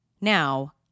Now